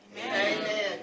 Amen